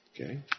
Okay